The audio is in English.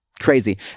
crazy